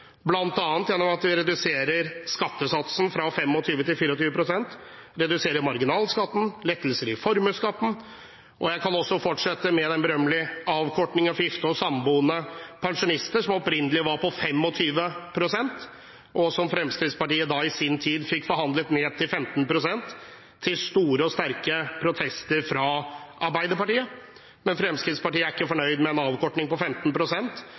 gjennom at vi reduserer skattesatsen fra 25 pst. til 24 pst., vi reduserer marginalskatten, gir lettelser i formuesskatten. Jeg kan også fortsette med den berømmelige avkortingen for gifte og samboende pensjonister, som opprinnelig var på 25 pst., og som Fremskrittspartiet i sin tid fikk forhandlet ned til 15 pst., til store og sterke protester fra Arbeiderpartiet. Men Fremskrittspartiet er ikke fornøyd med en avkorting på